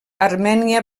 armènia